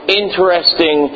interesting